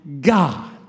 God